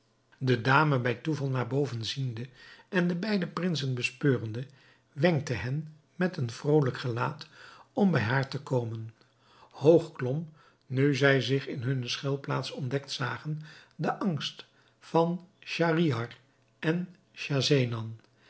de dame bij toeval naar boven ziende en de beide prinsen bespeurende wenkte hen met een vrolijk gelaat om bij haar te komen hoog klom nu zij zich in hunne schuilplaats ontdekt zagen de angst van schahriar en